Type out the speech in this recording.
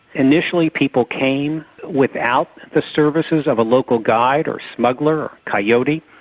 initially people came without the services of a local guide or smuggler, or coyote,